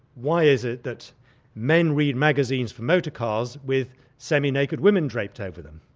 why is it that men read magazines for motorcars with semi-naked women draped over them?